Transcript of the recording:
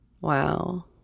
Wow